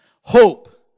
hope